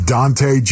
Dante